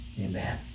Amen